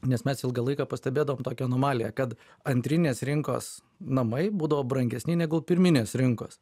nes mes ilgą laiką pastebėdavom tokią anomaliją kad antrinės rinkos namai būdavo brangesni negu pirminės rinkos